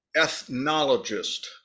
ethnologist